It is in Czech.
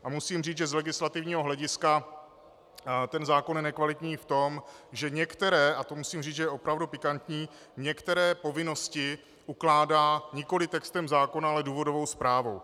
A musím říct, že z legislativního hlediska je zákon nekvalitní v tom, že některé a to musím říct, že je opravdu pikantní některé povinnosti ukládá nikoli textem zákona, ale důvodovou zprávou.